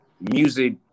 music